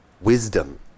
wisdom